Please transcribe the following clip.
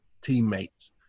teammates